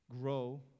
Grow